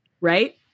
right